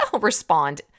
respond